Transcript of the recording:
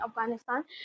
Afghanistan